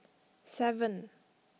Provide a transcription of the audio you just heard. seven